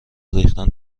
ریختن